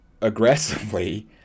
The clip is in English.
aggressively